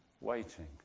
Waiting